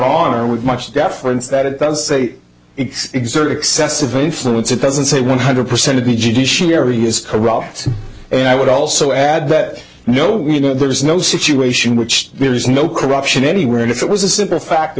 deference that it does say it's exert excessive influence it doesn't say one hundred percent of the judiciary is corrupt and i would also add that no you know there is no situation which there is no corruption anywhere and if it was a simple fact that